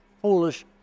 foolish